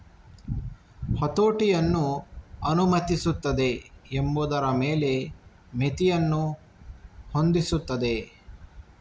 ಹತೋಟಿಯನ್ನು ಅನುಮತಿಸುತ್ತದೆ ಎಂಬುದರ ಮೇಲೆ ಮಿತಿಯನ್ನು ಹೊಂದಿಸುತ್ತದೆ